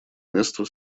место